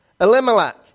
Elimelech